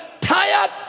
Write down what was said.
tired